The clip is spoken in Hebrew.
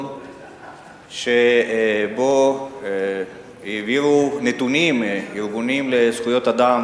שבו העבירו ארגונים ישראליים לזכויות אדם